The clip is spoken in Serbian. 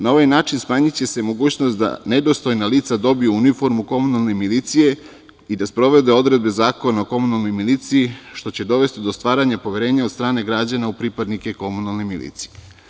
Na ovaj način smanjiće se mogućnost da nedostojna lica dobiju uniformu komunalne milicije i da sprovode odredbe Zakona o komunalnoj miliciji, što će dovesti do stvaranja poverenja od strane građana u pripadnike komunalne milicije.